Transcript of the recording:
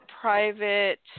Private